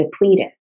depleted